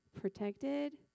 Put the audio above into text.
Protected